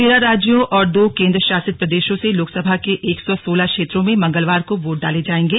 तेरह राज्यों और दो केन्द्र शासित प्रदेशों से लोकसभा के एक सौ सोलह क्षेत्रों में मंगलवार को वोट डाले जाएंगे